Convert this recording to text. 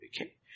Okay